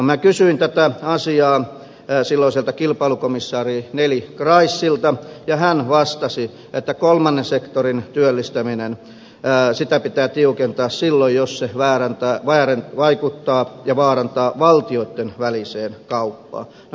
minä kysyin tätä asiaa silloiselta kilpailukomissaarilta neelie kroesilta ja hän vastasi että kolmannen sektorin työllistämistä pitää tiukentaa silloin jos se vaikuttaa valtioiden väliseen kauppaan ja vaarantaa sen